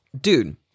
dude